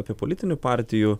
apie politinių partijų